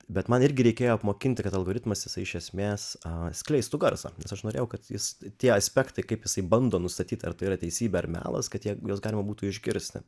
bet man irgi reikėjo apmokinti kad algoritmas jisai iš esmės skleistų garsą nes aš norėjau kad jis tie aspektai kaip jisai bando nustatyt ar tai yra teisybė ar melas kad tiek juos galima būtų išgirsti